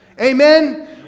Amen